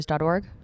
org